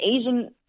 Asian